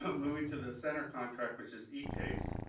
but moving to the center contract which is e case.